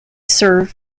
serve